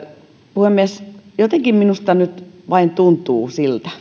puhemies jotenkin minusta vain tuntuu siltä